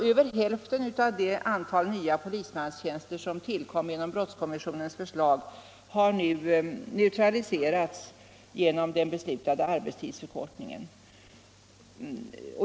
Över hälften av det antal nya polismanstjänster som tillkom genom brottskommissionens förslag har alltså neutraliserats av den beslutade arbetstidsförkortningen.